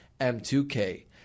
M2K